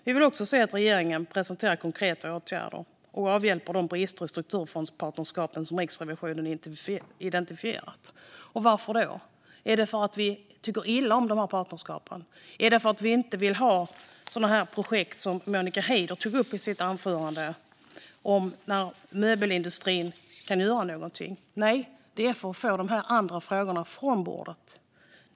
Vi vill också se att regeringen presenterar konkreta åtgärder och avhjälper de brister i strukturfondspartnerskapen som Riksrevisionen har identifierat. Varför? Är det för att vi tycker illa om de här partnerskapen och för att vi inte vill ha den typen av projekt som Monica Haider tog upp i sitt anförande, där möbelindustrin kan göra någonting? Nej, det är för att få dessa andra frågor från bordet.